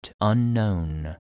unknown